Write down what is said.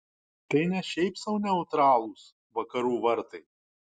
tai ne šiaip sau neutralūs vakarų vartai